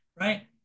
right